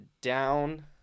down